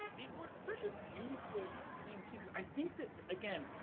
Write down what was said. it was such a beautiful thing too cause i think that, again,